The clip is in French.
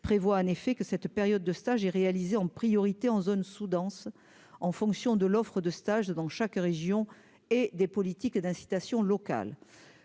prévoit en effet que cette période de stage et réalisé en priorité en zone sous-dense en fonction de l'offre de stage dans chaque région et des politiques d'incitation locales